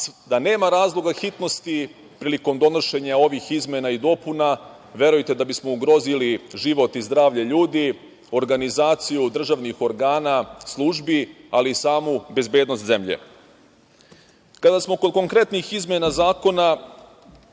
da nema razloga hitnosti prilikom donošenja ovih izmena i dopuna, verujte da bismo ugrozili život i zdravlje ljudi, organizaciju državnih organa, službi, ali i samu bezbednost zemlje. Kada smo kod konkretnih izmena zakona,